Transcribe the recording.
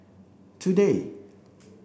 today